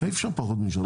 אי אפשר פחות משלוש שנים.